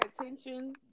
attention